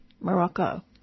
Morocco